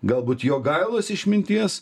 galbūt jogailos išminties